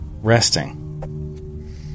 resting